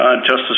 Justice